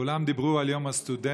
כולם דיברו על יום הסטודנט,